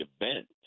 event